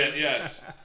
Yes